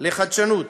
לחדשנות